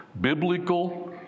Biblical